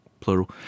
plural